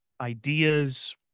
ideas